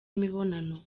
imibonano